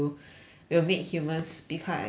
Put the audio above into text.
will make humans become extinct